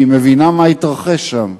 כי היא מבינה מה התרחש שם.